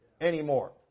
anymore